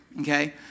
Okay